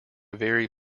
very